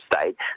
state